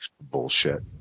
bullshit